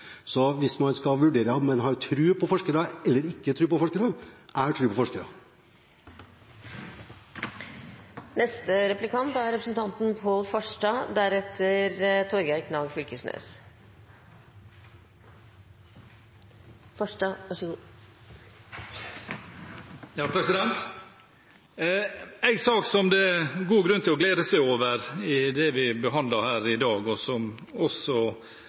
Så hvis man skal vurdere om en har tro på forskere eller ikke har tro på forskere: Jeg har tro på forskere. :En sak som det er god grunn til å glede seg over i det vi behandler her i dag, og som også